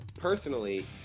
personally